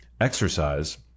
exercise